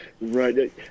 right